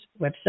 website